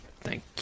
Thank